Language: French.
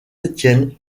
étienne